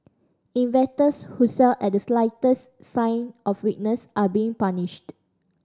investors who sell at the slightest sign of weakness are being punished